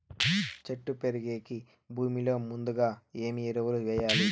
చెట్టు పెరిగేకి భూమిలో ముందుగా ఏమి ఎరువులు వేయాలి?